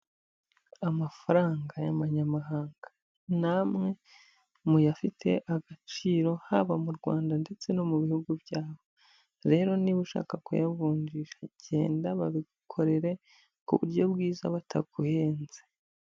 Amafaranga y'amanyamahanga, ni amwe muyafite agaciro haba m'u Rwanda ndetse no mu bihugu byabo, rero niba ushaka kuyavunjisha genda babigukorere ku buryo bwiza bataguhenze.